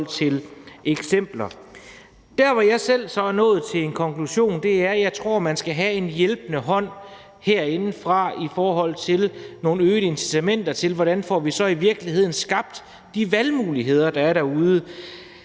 med eksempler. Der, hvor jeg selv så er nået til med en konklusion, er, at jeg tror, man skal have en hjælpende hånd herindefra i forhold til nogle øgede incitamenter til, hvordan vi så i virkeligheden får skabt de valgmuligheder, der kan være derude.